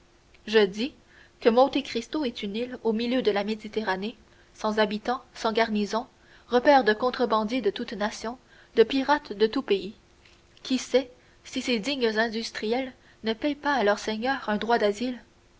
je dis que monte cristo est une île au milieu de la méditerranée sans habitants sans garnison repaire de contrebandiers de toutes nations de pirates de tous pays qui sait si ces dignes industriels ne payent pas à leur seigneur un droit d'asile